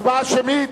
הצבעה שמית,